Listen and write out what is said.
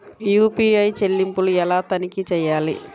UPI చెల్లింపులు ఎలా తనిఖీ చేయాలి?